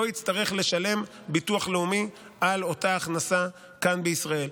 לא יצטרך לשלם ביטוח לאומי על אותה הכנסה כאן בישראל.